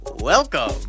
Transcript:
Welcome